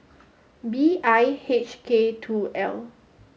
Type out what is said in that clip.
B I H K two L